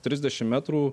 trisdešim metrų